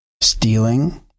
stealing